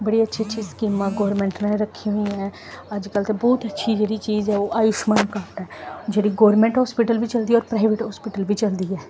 बड़ी अच्छी अच्छियां स्कीमां गौरमैंट ने रक्खी होइयां ऐं अजकल्ल ते ब्हौत अच्छी जेह्ड़ी चीज ऐ ओह् आयुश्मान कार्ड ऐ जेह्ड़ी गौरमैंट हास्पिटल बी चलदी ऐ होर प्राइवेट हास्पिटल बी चलदी ऐ